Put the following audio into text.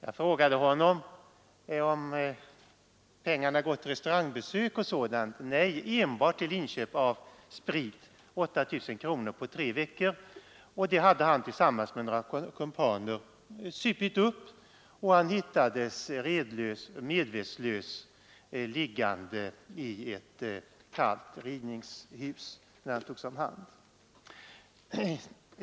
Jag frågade honom om pengarna gått till restaurangbesök och sådant. — Nej, enbart till inköp av sprit. På tre veckor hade han tillsammans med några kumpaner supit upp 8 000 kronor, och han hittades medvetslös, liggande i ett kallt rivningshus, när han togs om hand.